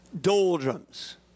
Doldrums